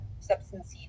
substance